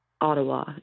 Ottawa